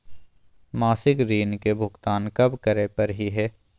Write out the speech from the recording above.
मासिक ऋण के भुगतान कब करै परही हे?